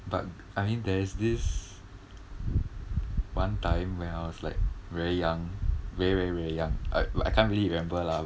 but I mean there's this one time when I was like very young very very very young I I can't really remember lah